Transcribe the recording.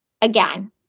Again